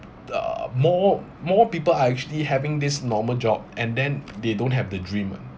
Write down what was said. uh more more people are actually having this normal job and then they don't have the dream uh